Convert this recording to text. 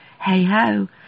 hey-ho